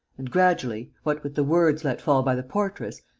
and, gradually, what with the words let fall by the portress,